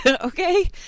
okay